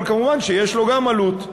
אבל כמובן שיש לו גם עלות.